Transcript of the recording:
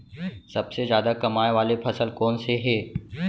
सबसे जादा कमाए वाले फसल कोन से हे?